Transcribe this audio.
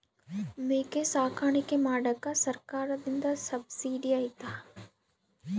ಮೇಕೆ ಸಾಕಾಣಿಕೆ ಮಾಡಾಕ ಸರ್ಕಾರದಿಂದ ಸಬ್ಸಿಡಿ ಐತಾ?